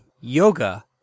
yoga